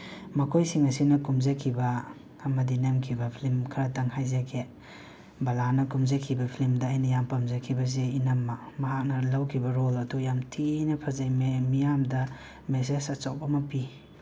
ꯃꯈꯣꯏꯁꯤꯡ ꯑꯁꯤꯅ ꯀꯨꯝꯖꯈꯤꯕ ꯑꯃꯗꯤ ꯅꯝꯈꯤꯕ ꯐꯤꯂꯝ ꯈꯔꯗꯪ ꯍꯥꯏꯖꯒꯦ ꯕꯂꯥꯅ ꯀꯨꯝꯖꯈꯤꯕ ꯐꯤꯂꯝꯗ ꯑꯩꯅ ꯌꯥꯝ ꯄꯥꯝꯖꯈꯤꯕꯁꯤ ꯏꯅꯝꯃ ꯃꯍꯥꯛꯅ ꯂꯧꯈꯤꯕ ꯔꯣꯜ ꯑꯗꯨ ꯌꯥꯝ ꯊꯤꯅ ꯐꯖꯩ ꯃꯤꯌꯥꯝꯗ ꯃꯦꯁꯦꯖ ꯑꯆꯧꯕ ꯑꯃ ꯄꯤ